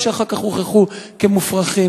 שאחר כך הוכחו כמופרכים.